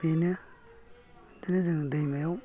बेनो बिदिनो जों दैमायाव